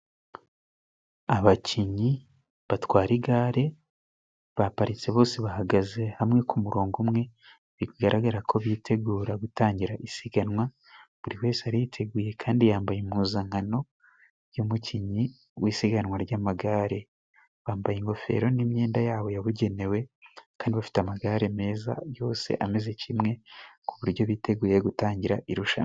Abakinnyi batwara igare baparitse bose. Bahagaze hamwe kumurongo umwe. Bigaragara ko bitegura gutangira isiganwa, buri wese ariteguye kandi yambaye impuzankano y'umukinnyi w'isiganwa ry'amagare. Bambaye ingofero n'imyenda yabo yabugenewe, kandi bafite amagare meza yose ameze kimwe, ku buryo biteguye gutangira irushanwa.